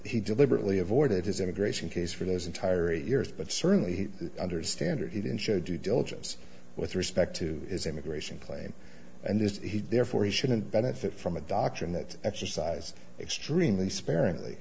he deliberately avoided his immigration case for his entire eight years but certainly understand or he didn't show due diligence with respect to his immigration claim and this therefore he shouldn't benefit from a doctrine that exercise extremely sparingly